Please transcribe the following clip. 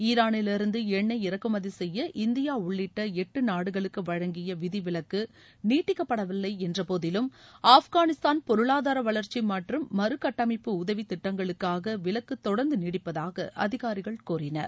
ஈரானிலிருந்து என்னெய் இறக்குமதி செய்ய இந்தியா உள்ளிட்ட எட்டு நாடுகளுக்கு வழங்கிய விதி விலக்கு நீட்டிக்கப்பட வில்லை என்றபோதிலும் ஆப்கானிஸ்தான் பொருளாதார வளர்ச்சி மற்றும் மறு கட்டமைப்பு உதவி திட்டங்களுக்காக விலக்கு தொடர்ந்து நீடிப்பதாக அதிகாரிகள் கூறினர்